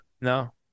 No